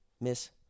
miss